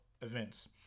events